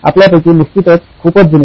आपल्यापैकी निश्चितच खूपच जुने